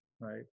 Right